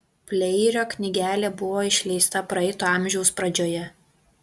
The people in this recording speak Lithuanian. pleirio knygelė buvo išleista praeito amžiaus pradžioje